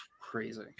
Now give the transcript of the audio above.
crazy